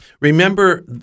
Remember